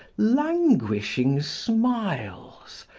languishing smiles,